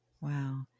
Wow